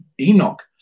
Enoch